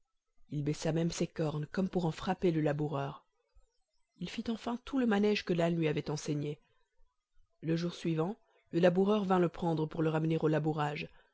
il baissa même ses cornes comme pour en frapper le laboureur il fit enfin tout le manège que l'âne lui avait enseigné le jour suivant le laboureur vint le reprendre pour le ramener au labourage